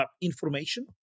information